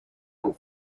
and